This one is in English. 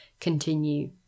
continue